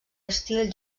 estil